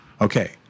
Okay